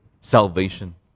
salvation